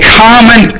common